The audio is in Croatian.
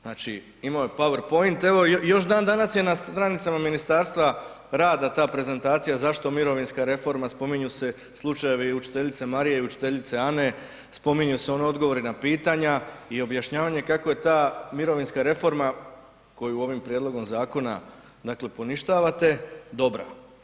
Znači imao je PowerPoint, evo još dandanas je na stranicama Ministarstva rada ta prezentacija zašto mirovinska reforma, spominju se slučajevi učiteljice Marije i učiteljice Ane, spominju se oni odgovori na pitanja i objašnjavanja kako je ta mirovinska reforma koju ovim prijedlogom zakona dakle poništavate, dobra.